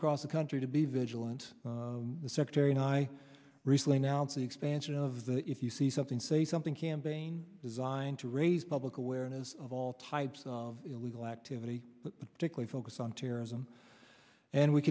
across the country to be vigilant the secretary and i recently announced the expansion of the if you see something say something campaign designed to raise public awareness of all types of illegal activity particularly focus on terrorism and we